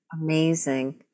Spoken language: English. Amazing